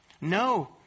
No